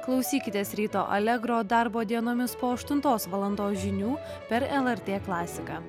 klausykitės ryto allegro darbo dienomis po aštuntos valandos žinių per lrt klasiką